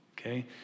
okay